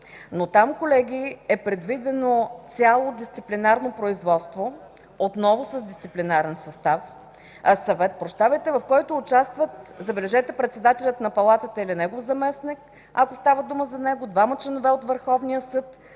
Но там, колеги, е предвидено цяло дисциплинарно производство, отново с Дисциплинарен съвет, в който участват, забележете, председателят на Палатата или негов заместник, ако става дума за него, двама членове от Върховния съд